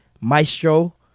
Maestro